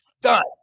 Done